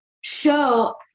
show